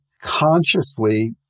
consciously